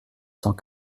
cent